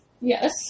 Yes